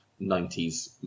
90s